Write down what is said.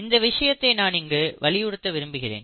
இந்த விஷயத்தை நான் இங்கு வலியுறுத்த விரும்புகிறேன்